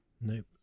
nope